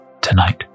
tonight